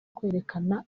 kwerekana